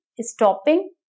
stopping